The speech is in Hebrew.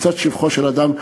מקצת שבחו של אדם.